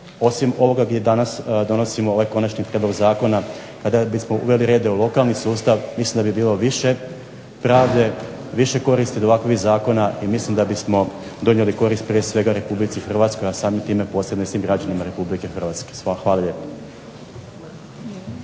osim ovoga gdje danas donosimo ovaj konačni prijedlog zakona, kada bismo uveli reda i u lokalni sustav mislim da bi bilo više pravde, više koristi od ovakvih zakona i mislim da bismo donijeli korist prije svega RH, a samim time posredno i svim građanima RH. Hvala lijepo.